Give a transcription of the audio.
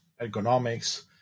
ergonomics